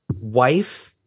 wife